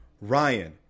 Ryan